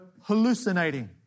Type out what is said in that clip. hallucinating